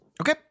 Okay